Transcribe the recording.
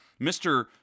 Mr